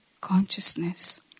consciousness